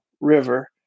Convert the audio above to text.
river